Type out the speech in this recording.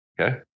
Okay